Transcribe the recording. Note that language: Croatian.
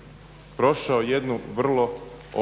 ovaj zakon prošao jednu vrlo